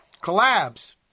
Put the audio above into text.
collabs